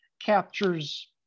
captures